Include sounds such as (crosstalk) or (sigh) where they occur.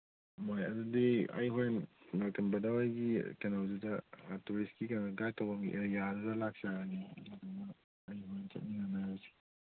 ꯍꯣꯏ ꯑꯗꯨꯗꯤ ꯑꯩ ꯍꯣꯔꯦꯟ (unintelligible) ꯕ꯭ꯔꯗꯔ ꯍꯣꯏꯒꯤ ꯀꯩꯅꯣꯗꯨꯗ ꯇꯨꯔꯤꯁꯀꯤ ꯀꯩꯅꯣ ꯒꯥꯏꯠ ꯇꯧꯐꯝ ꯑꯦꯔꯤꯌꯥꯗꯨꯗ ꯂꯥꯛꯆꯔꯅꯤ (unintelligible)